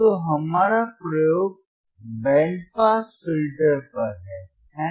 तो हमारा प्रयोग बैंड पास फिल्टर पर है है ना